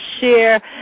share